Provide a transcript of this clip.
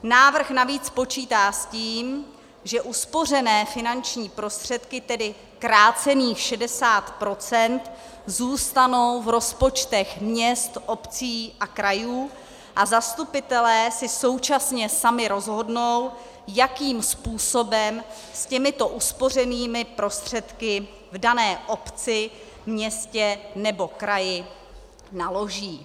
Návrh navíc počítá s tím, že uspořené finanční prostředky, tedy krácených 60 procent, zůstanou v rozpočtech měst, obcí a krajů a zastupitelé si současně sami rozhodnou, jakým způsobem s těmito uspořenými prostředky v dané obci, městě nebo kraji naloží.